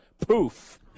Poof